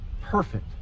perfect